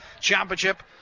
Championship